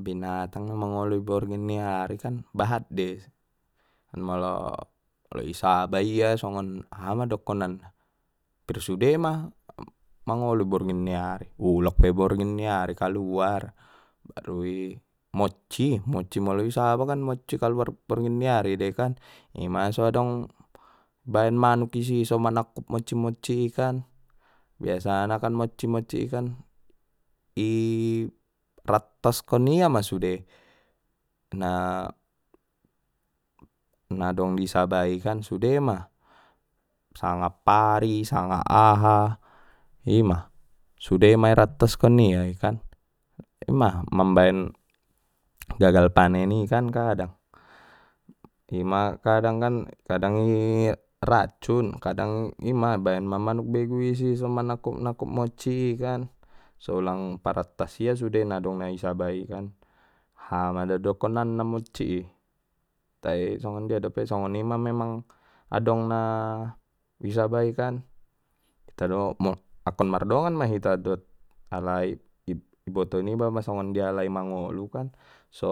Binatang na mangolu i borngin ni ari kan bahat dei molo-lo i saba ia songon aha ma dokonan na hampir sudema mangolu borngin ni ari ulok pe borngin ni ari kaluar, baru i mocci mocci molo i saba kan mocci kaluar borngin ni ari dei kan ima so adong baen manuk isi so manakkup mocci mocci i kan biasanakan mocci mocci i kan i rattos kon ia ma sude, na-na dong di sabai kan sude ma sanga pari sanga aha ima sude ma i rattos kon ia i kan, ima mambaen gagal panen i kan kadang i ma kadang kan kadang i racun kadang ima baen ma manuk begu i si so manakkup nakkup monci i kan so ulang parattas ia sude na dong na di saba i kan hama do dokonan na mocci i tai songon dia dope songoni ma memang adong na i sabai kan ita do akkon mardongan ma hita dot alai boto niba ma songon dia alai mangolu so